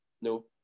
no